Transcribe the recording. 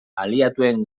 aliatuen